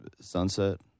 Sunset